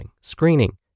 screening